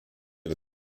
der